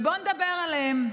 ובואו נדבר עליהם: